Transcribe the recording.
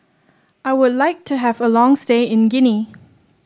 I would like to have a long stay in Guinea